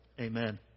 Amen